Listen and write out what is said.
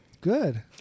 Good